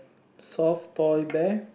soft boy bear